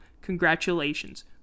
Congratulations